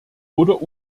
oder